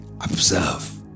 observe